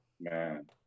Man